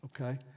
okay